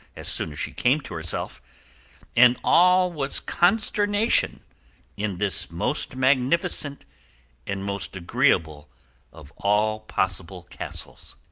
as soon as she came to herself and all was consternation in this most magnificent and most agreeable of all possible castles.